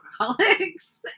alcoholics